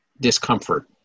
discomfort